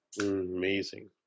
Amazing